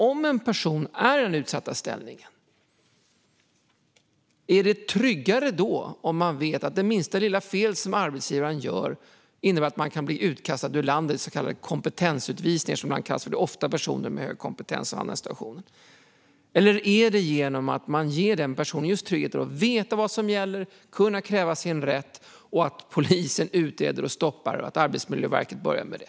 Om en person har en utsatt ställning, ger det då trygghet att veta att minsta lilla fel som arbetsgivaren gör innebär att personen kan bli utkastad ur landet? Det kallas ibland för kompetensutvisningar då det ofta är personer med hög kompetens som hamnar i sådana situationer. Eller ger det personen trygghet att veta vad som gäller och kunna kräva sin rätt och att polisen utreder och stoppar och att Arbetsmiljöverket börjar med det?